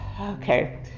Okay